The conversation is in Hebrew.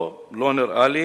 לא, לא נראה לי,